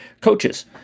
Coaches